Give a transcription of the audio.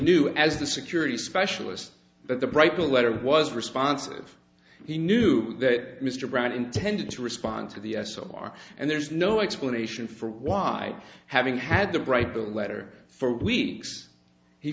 knew as the security specialist but the bright the letter was responsive he knew that mr brown intended to respond to the s o r and there's no explanation for why having had the right the letter for weeks he